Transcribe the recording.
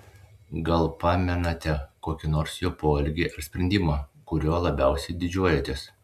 gal pamenate kokį nors jo poelgį ar sprendimą kuriuo labiausiai didžiuojatės